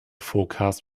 forecast